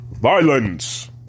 Violence